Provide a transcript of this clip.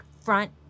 front